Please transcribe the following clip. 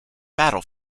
battle